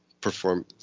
perform